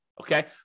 okay